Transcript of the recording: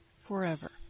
forever